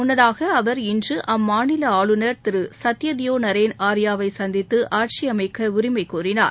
முன்னதாக அவர் இன்று அம்மாநில ஆளுநர் திரு சத்யதியோ நரேன் ஆர்யாவைவை சந்தித்து ஆட்சி அமைக்க உரிமை கோரினார்